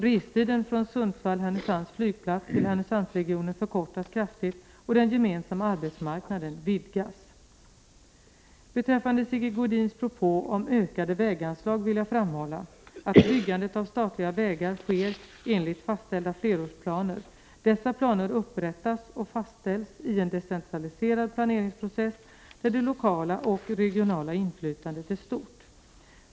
Restiden från Sundsvall/Härnösands flygplats till Härnösandsregionen förkortas kraftigt, och den gemensamma arbetsmarknaden vidgas. Beträffande Sigge Godins propå om ökade väganslag vill jag framhålla att byggandet av statliga vägar sker enligt fastställda flerårsplaner. Dessa planer upprättas och fastställs i en decentraliserad planeringsprocess, där det lokala och regionala inflytandet är stort.